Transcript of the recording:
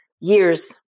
years